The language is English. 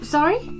Sorry